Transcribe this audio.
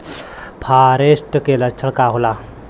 फारेस्ट के लक्षण का होला?